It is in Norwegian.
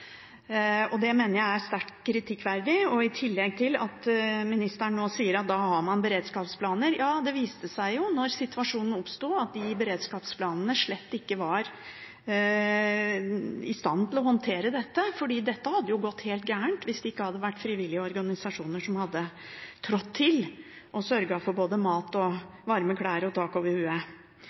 budsjettet. Det mener jeg er sterkt kritikkverdig – i tillegg til at ministeren nå sier at man har beredskapsplaner. Ja, det viste seg da situasjonen oppsto, at de beredskapsplanene slett ikke var i stand til å håndtere dette, for dette hadde jo gått helt galt hvis det ikke hadde vært frivillige organisasjoner som hadde trådt til og sørget for både mat, varme klær og tak over